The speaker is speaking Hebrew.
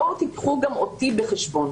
בואו קחו גם אותי בחשבון.